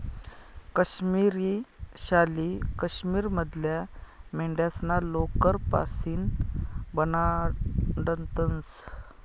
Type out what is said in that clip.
काश्मिरी शाली काश्मीर मधल्या मेंढ्यास्ना लोकर पाशीन बनाडतंस